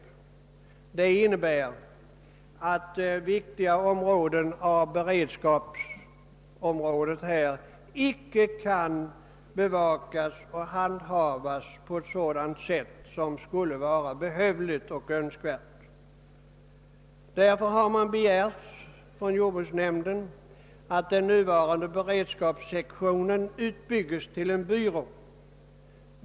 Personalens otillräcklighet innebär att viktiga områden på beredskapssidan inte kan bevakas och handhas på det sätt som är behövligt. Jordbruksnämnden har därför begärt att den nuvarande beredskapssektionen utbygges till en byrå.